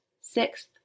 sixth